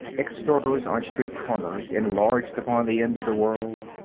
exhorters on street corners enlarged upon the end of the world,